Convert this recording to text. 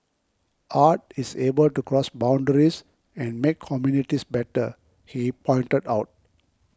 art is able to cross boundaries and make communities better he pointed out